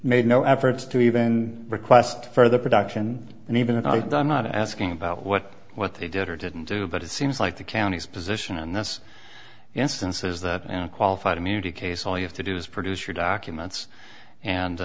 made no efforts to even request further production and even acknowledged i'm not asking about what what they did or didn't do but it seems like the county's position in this instance is that an qualified immunity case all you have to do is produce your documents and